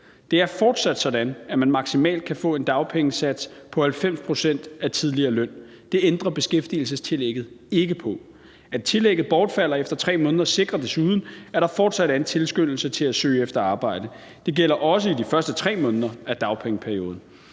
Det er fortsat sådan, at man maksimalt kan få en dagpengesats på 90 pct. af den tidligere løn. Det ændrer beskæftigelsestillægget ikke på. At tillægget bortfalder efter 3 måneder, sikrer desuden, at der fortsat er en tilskyndelse til at søge arbejde. Det gælder også i de første 3 måneder af dagpengeperioden.